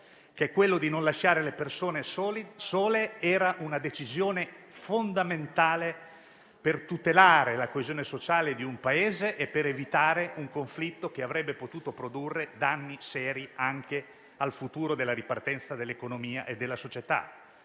- quello di non lasciare sole le persone - era una decisione fondamentale per tutelare la coesione sociale del Paese ed evitare un conflitto che avrebbe potuto produrre danni seri anche al futuro e alla ripartenza dell'economia e della società.